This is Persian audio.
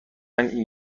این